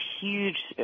huge